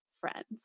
friends